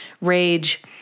rage